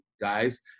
guys